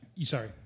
sorry